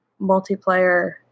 multiplayer